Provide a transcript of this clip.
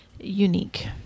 Unique